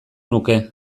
nuke